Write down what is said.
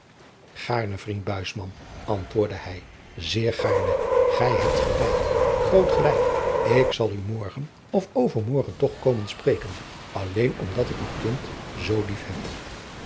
gaarne vriend buisman antwoorde hij zeer gaarne gij hebt gelijk groot gelijk ik zal u morgen of overmorgen toch komen spreken alleen omdat ik uw kind zoo lief heb